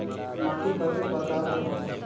माटी कतेक परकार कर होथे?